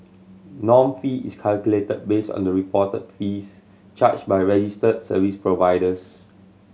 norm fee is calculated based on the reported fees charged by registered service providers